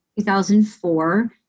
2004